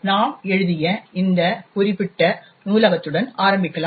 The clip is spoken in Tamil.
நாம் எழுதிய இந்த குறிப்பிட்ட நூலகத்துடன் ஆரம்பிக்கலாம்